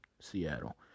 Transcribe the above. Seattle